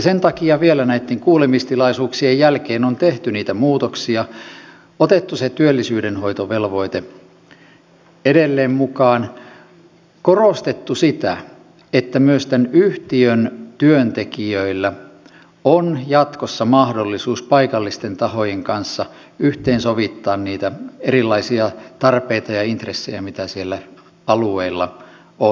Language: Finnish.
sen takia vielä näitten kuulemistilaisuuksien jälkeen on tehty niitä muutoksia otettu se työllisyydenhoitovelvoite edelleen mukaan korostettu sitä että myös tämän yhtiön työntekijöillä on jatkossa mahdollisuus paikallisten tahojen kanssa yhteensovittaa niitä erilaisia tarpeita ja intressejä mitä siellä alueilla on